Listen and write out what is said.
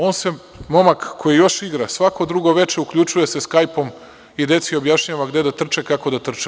On se, momak koji još igra, svako drugo veče uključuje „Skajpom“ i deci objašnjava gde da trče, kako da trče.